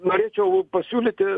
norėčiau pasiūlyti